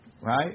Right